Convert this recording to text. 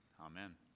Amen